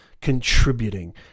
contributing